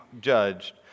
judged